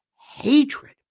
hatred